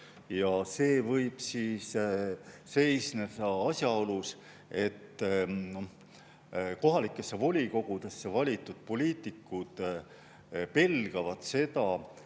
See võib [tuleneda] asjaolust, et kohalikesse volikogudesse valitud poliitikud pelgavad,